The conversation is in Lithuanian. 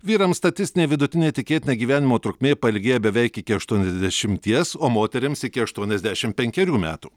vyrams statistinė vidutinė tikėtina gyvenimo trukmė pailgėja beveik iki aštuoniasdešimties o moterims iki aštuoniasdešimt penkerių metų